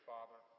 Father